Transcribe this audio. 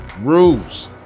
rules